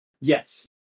Yes